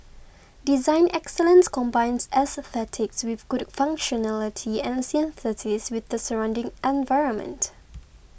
design excellence combines aesthetics with good functionality and synthesis with the surrounding environment